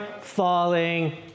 falling